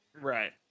Right